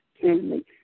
family